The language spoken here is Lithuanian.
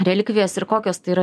relikvijas ir kokios tai yra